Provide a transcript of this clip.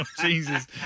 Jesus